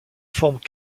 forme